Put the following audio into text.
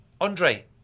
Andre